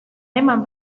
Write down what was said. eman